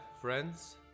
friends